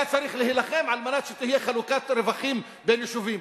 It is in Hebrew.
היה צריך להילחם כדי שתהיה חלוקת רווחים בין יישובים.